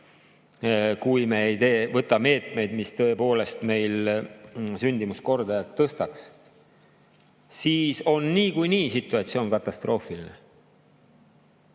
kui me ei võta meetmeid, mis tõepoolest meil sündimuskordajat tõstaks, siis on niikuinii situatsioon katastroofiline,